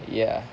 ya